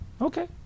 Okay